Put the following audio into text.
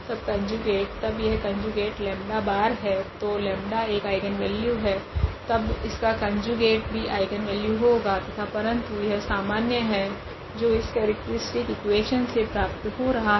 तब कोंजुगेट तब यह कोंजुगेट 𝜆̅ है तो 𝜆 एक आइगनवेल्यू है तब इसका कोंजुगेट भी आइगनवेल्यू होगा तथा परंतु यह सामान्य है जो इस केरेक्ट्रीस्टिक इक्वेशन से प्राप्त हो रहे है